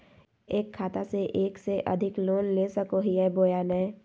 एक खाता से एक से अधिक लोन ले सको हियय बोया नय?